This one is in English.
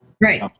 Right